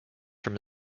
from